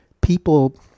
people